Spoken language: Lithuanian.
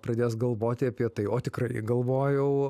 pradėjęs galvoti apie tai o tikrai galvojau